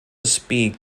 speak